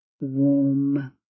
warm